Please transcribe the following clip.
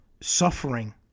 suffering